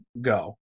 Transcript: go